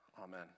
Amen